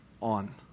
on